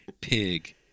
pig